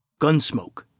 Gunsmoke